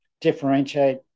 differentiate